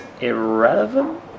irrelevant